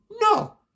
No